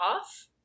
off